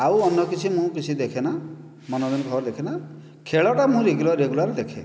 ଆଉ ଅନ୍ୟ କିଛି ମୁଁ କିଛି ଦେଖେନା ମନୋରଞ୍ଜନ ଖବର ଦେଖେନା ଖେଳଟା ମୁଁ ରେଗୁଲାର ଦେଖେ